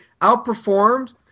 outperformed